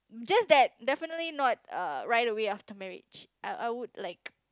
just that definitely not err right away after marriage uh I would like